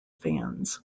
fans